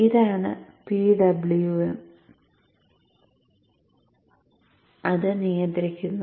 ഇതാണ് PWM അത് നിയന്ത്രിക്കുന്നു